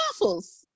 waffles